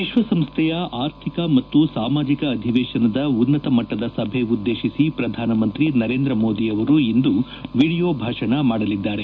ವಿಶ್ವಸಂಸ್ಥೆಯ ಆರ್ಥಿಕ ಮತ್ತು ಸಾಮಾಜಿಕ ಅಧಿವೇಶನದ ಉನ್ನತ ಮಟ್ಟದ ಸಭೆ ಉದ್ದೇಶಿಸಿ ಪ್ರಧಾನಮಂತ್ರಿ ನರೇಂದ್ರ ಮೋದಿ ಅವರು ಇಂದು ವಿಡಿಯೋ ಭಾಷಣ ಮಾಡಲಿದ್ದಾರೆ